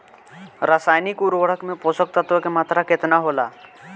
रसायनिक उर्वरक मे पोषक तत्व के मात्रा केतना होला?